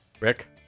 Rick